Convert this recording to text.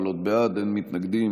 נמנעים,